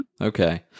Okay